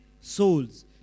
souls